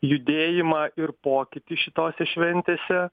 judėjimą ir pokytį šitose šventėse